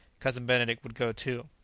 cousin benedict would go too.